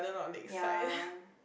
ya